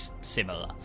similar